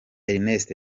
ernest